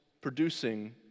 producing